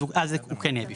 אז הוא כן יהיה בפנים,